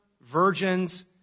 virgins